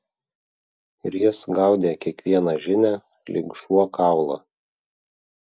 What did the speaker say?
ir jis gaudė kiekvieną žinią lyg šuo kaulą